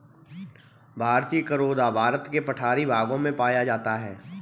भारतीय करोंदा भारत के पठारी भागों में पाया जाता है